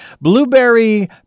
Blueberry